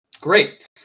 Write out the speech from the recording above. Great